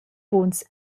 buns